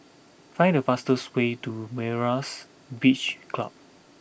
find the fastest way to Myra's Beach Club